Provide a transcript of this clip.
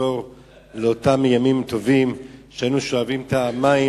נחזור לאותם ימים טובים שהיינו שואבים את המים,